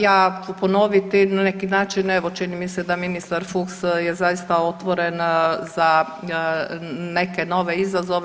Ja ću ponoviti na neki način evo čini mi se da ministar Fuchs je zaista otvoren za neke nove izazove.